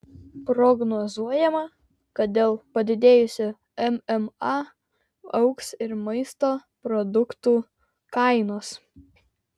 prognozuojama kad dėl padidėjusio mma augs ir maisto produktų kainos